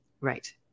right